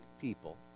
people